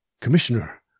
Commissioner